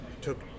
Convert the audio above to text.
took